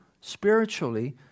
spiritually